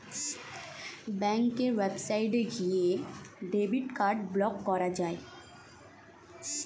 ব্যাঙ্কের ওয়েবসাইটে গিয়ে ডেবিট কার্ড ব্লক করা যায়